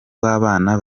w’abana